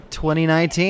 2019